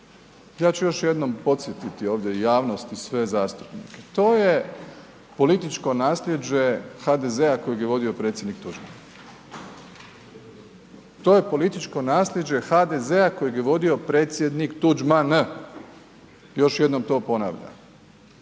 ja ću još jednom posjetiti javnost i sve zastupnike. To je političko nasljeđe HDZ-a kojeg je vodio predsjednik Tuđman. To je političko nasljeđe HDZ-a koje je vodio predsjednik Tuđman. Još jednom to ponavljam.